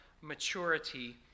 maturity